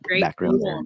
background